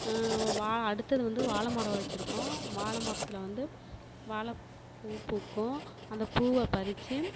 வா அடுத்தது வந்து வாழ மரம் வச்சுருக்கோம் வாழ மரத்தில் வந்து வாழ பூ பூக்கும் அந்த பூவை பறிச்சு